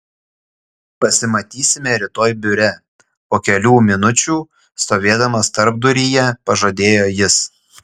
pasimatysime rytoj biure po kelių minučių stovėdamas tarpduryje pažadėjo jis